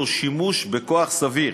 תוך שימוש בכוח סביר.